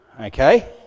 Okay